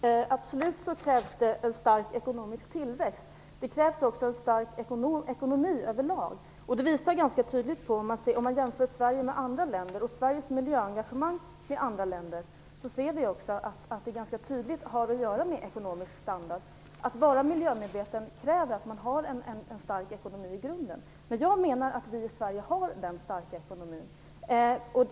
Herr talman! Det krävs absolut en stark ekonomisk tillväxt. Det krävs också en stark ekonomi över lag. Om man jämför Sverige med andra länder och Sveriges miljöengagemang med andra länders ser vi också ganska tydligt att det har att göra med ekonomisk standard. Att vara miljömedveten kräver att man har en stark ekonomi i grunden. Men jag menar att vi i Sverige har den starka ekonomin.